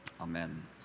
Amen